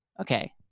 okay